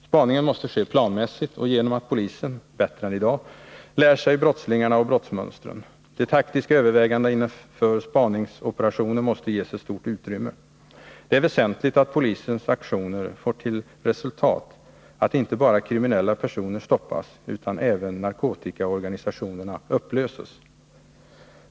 Spaningen måste ske planmässigt och genom att polisen — bättre än i dag — lär sig brottslingarna och brottsmönstren. De taktiska övervägandena inför spaningsoperationer måste ges ett stort utrymme. Det är väsentligt att polisens aktioner får till resultat att inte bara kriminella personer stoppas utan även narkotikaorganisationerna upplöses.